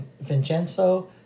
Vincenzo